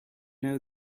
know